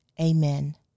Amen